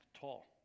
tall